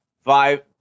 Five